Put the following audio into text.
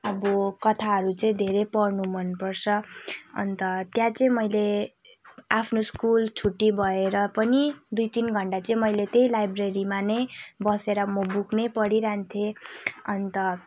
अब कथाहरू चाहिँ धेरै पढ्नु मनपर्छ अन्त त्यहाँ चाहिँ मैले आफ्नो स्कुल छुट्टी भएर पनि दुई तिन घन्टा चाहिँ मैले त्यही लाइब्रेरीमा नै बसेर म बुक नै पढिरहन्थेँ अन्त